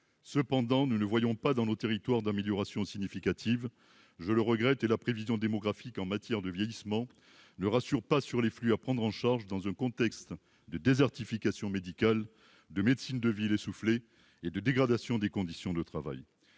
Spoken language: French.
cependant, nous ne voyons pas dans nos territoires d'amélioration significative, je le regrette et la prévision démographiques en matière de vieillissement ne rassure pas sur les flux à prendre en charge dans un contexte de désertification médicale de médecine de ville essoufflé et de dégradation des conditions de travail